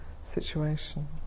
situation